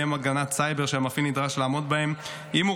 בהם הגנת סייבר שמפעיל נדרש לעמוד בהם אם הוא